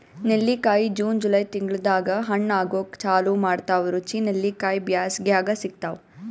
ನೆಲ್ಲಿಕಾಯಿ June July ತಿಂಗಳ್ದಾಗ್ ಹಣ್ಣ್ ಆಗೂಕ್ ಚಾಲು ಮಾಡ್ತಾವ್ ರುಚಿ ನೆಲ್ಲಿಕಾಯಿ ಬ್ಯಾಸ್ಗ್ಯಾಗ್ ಸಿಗ್ತಾವ್